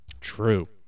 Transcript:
True